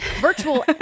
Virtual